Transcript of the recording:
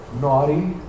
naughty